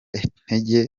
intege